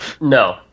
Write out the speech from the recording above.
No